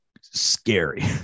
scary